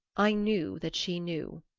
i knew that she knew.